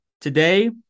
Today